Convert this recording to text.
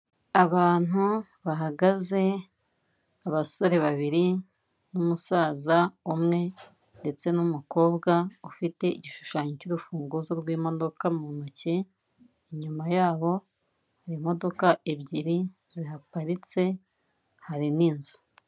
Abantu bahagaze abasore babiri n'umusaza umwe ndetse n'umukobwa ufite igishushanyo cy'urufunguzo rw'imodoka mu ntoki, inyuma yabo hari imodoka ebyiri zihaparitse hari n'inzu.